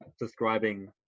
describing